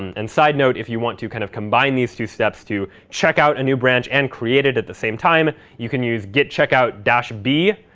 and side note, if you want to kind of combine these two steps to check out a new branch and create it at the same time, you can use git checkout b,